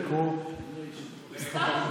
הוא סתם אומר.